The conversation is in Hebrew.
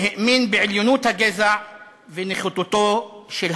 שהאמין בעליונות הגזע ונחיתותו של האחר.